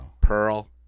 Pearl